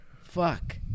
fuck